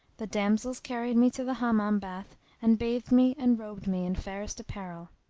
the damsels carried me to the hammam bath and bathed me and robed me in fairest apparel.